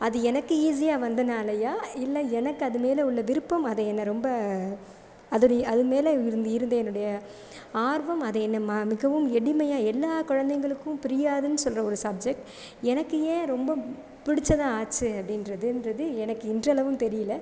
அது எனக்கு ஈஸியாக வந்தனாலயா இல்லை எனக்கு அதுமேலே உள்ள விருப்பம் அது என்ன ரொம்ப அது அதுமேல் இருந்த என்னுடைய ஆர்வம் அதை என்ன மிகவும் எளிமையாக எல்லா குழந்தைங்களுக்கும் புரியாதுன்னு சொல்கிற ஒரு சப்ஜெக்ட் எனக்கு ஏன் ரொம்ப பிடித்ததா ஆச்சு அப்படின்றது எனக்கு இன்றளவும் தெரியலை